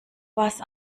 was